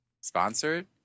Sponsored